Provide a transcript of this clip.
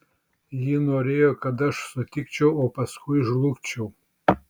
ji norėjo kad aš sutikčiau o paskui žlugčiau